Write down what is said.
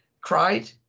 cried